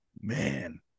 man